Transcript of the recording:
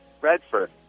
Redford